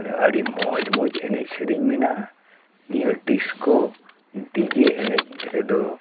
ᱢᱟᱱᱮ ᱟᱹᱰᱤ ᱢᱚᱡᱽ ᱢᱚᱡᱽ ᱮᱱᱮᱡ ᱥᱮᱨᱮᱧ ᱢᱮᱱᱟᱜᱼᱟ ᱱᱤᱭᱟᱹ ᱰᱤᱥᱠᱳ ᱰᱤᱡᱮ ᱮᱱᱮᱡ ᱨᱮᱫᱚ